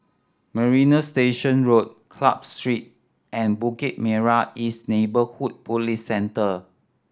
Marina Station Road Club Street and Bukit Merah East Neighbourhood Police Centre